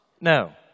No